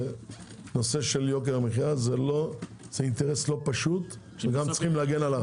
ונושא יוקר המחיה הוא אינטרס לא פשוט ויש להגן עליו.